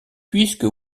puisque